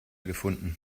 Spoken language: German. gefunden